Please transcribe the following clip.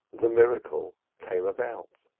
the miracle came about.